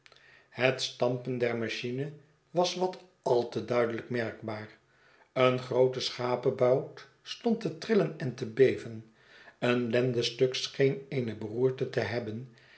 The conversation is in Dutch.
het stampen der machine was wat al te duidelijk merkbaar een groote schapebout stond te rillen en te beven een lendenstuk scheen eene beroerte te hebben